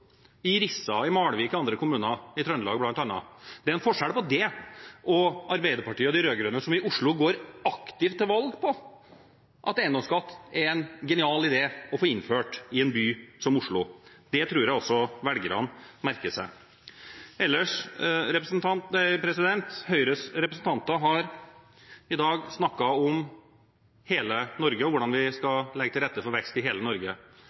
i Rissa og i Malvik og i andre kommuner i Trøndelag, bl.a., og Arbeiderpartiet og de rød-grønne, som i Oslo går aktivt til valg på at eiendomsskatt er en genial idé å få innført i en by som Oslo. Det tror jeg også velgerne merker seg. Ellers: Høyres representanter har i dag snakket om hvordan vi skal legge til rette for vekst i hele Norge.